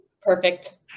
perfect